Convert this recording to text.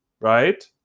right